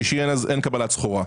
וביום שישי אין קבלת סחורה.